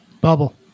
Bubble